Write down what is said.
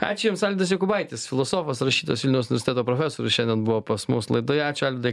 ačiū jums alvydas jokubaitis filosofas rašytojas vilniaus universiteto profesorius šiandien buvo pas mus laidoje ačiū alvydai